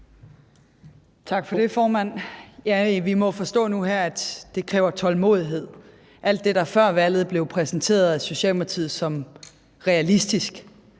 Tak for det, formand. Vi må forstå nu her, at det kræver tålmodighed. Alt det, der før valget blev præsenteret af Socialdemokratiet som realistisk,